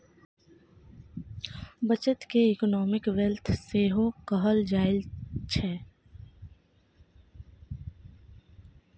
बचत केँ economic wealth सेहो कहल जाइ छै